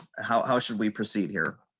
how how should we proceed here.